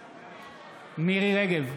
בעד מירי מרים רגב,